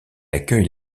accueille